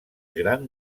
gran